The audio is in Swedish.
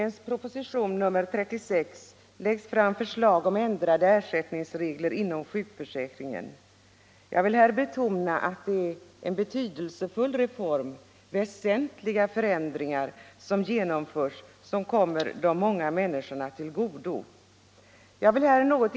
ningsregler inom sjukförsäkringen. Det är en betydelsefull reform, och väsentliga förändringar föreslås genomförda, som kommer de många människorna till godo.